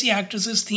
actresses